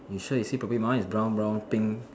you sure you see properly my one is brown brown pink